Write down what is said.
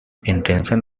intention